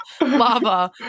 lava